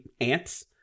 ants